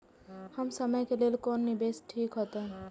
कम समय के लेल कोन निवेश ठीक होते?